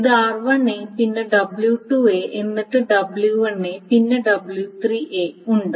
ഇത് r1 പിന്നെ w2 എന്നിട്ട് w1 പിന്നെ w3 ഉണ്ട്